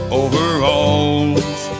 overalls